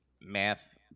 math